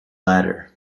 latter